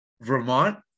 Vermont